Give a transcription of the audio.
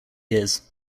years